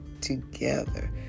together